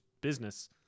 business